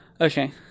Okay